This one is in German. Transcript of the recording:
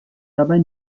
dabei